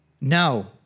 No